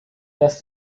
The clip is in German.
das